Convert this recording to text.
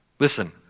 Listen